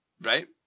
Right